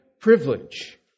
privilege